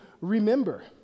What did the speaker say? remember